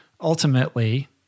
Ultimately